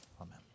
Amen